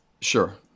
Sure